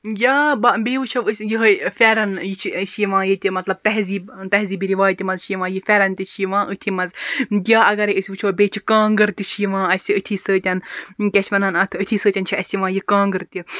یا بیٚیہِ وٕچھو أسۍ یِہے فیٚرَن یہِ چھِ اسہِ یِوان ییٚتہِ مَطلَب تہذیٖب تہذیٖبی رِوایتہِ مَنٛز چھ یِوان یہِ فیٚرَن تہِ چھِ یِوان أتھی مَنٛز یا اَگَرے أسۍ وٕچھو بیٚیہِ چھ کانٛگٕر تہِ چھِ یِوان اَسہِ أتھی سۭتۍ کیاہ چھِ وَنان اتھ أتھی سۭتۍ چھِ اَسہِ یِوان یہِ کانٛگٕر تہِ